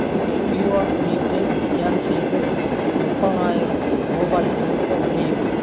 இந்த க்யூஆர் குறியீட்டை ஸ்கேன் செய்து முப்பதனாயிரம் ரூபாய் செலுத்த முடியுமா